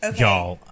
y'all